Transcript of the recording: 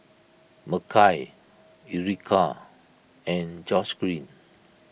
Makai Ericka and Georgeann